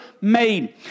made